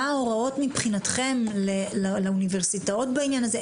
מה ההוראות מבחינתכם לאוניברסיטאות בעניין הזה?